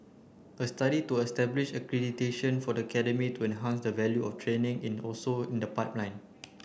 a study to establish accreditation for the academy to enhance the value of training in also in the pipeline